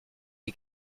est